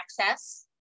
access